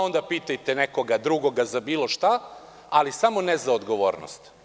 Onda pitajte nekog drugog za bilo šta, ali samo ne za odgovornost.